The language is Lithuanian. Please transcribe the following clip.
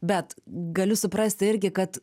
bet galiu suprasti irgi kad